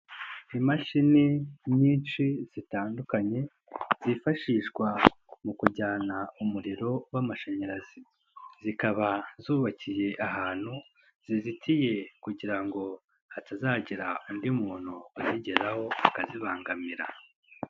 Imashini nyinshi zitandukanye, zifashishwa mu kujyana umuriro w'amashanyarazi, zikaba zubakiye ahantu, zizitiye kugira ngo hatazagira undi muntu uzigeraho, akazibangamira.